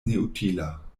neutila